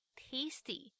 tasty